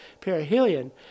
perihelion